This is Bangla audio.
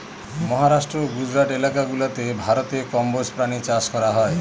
মহারাষ্ট্র, গুজরাট এলাকা গুলাতে ভারতে কম্বোজ প্রাণী চাষ করা হয়